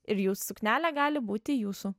ir jų suknelė gali būti jūsų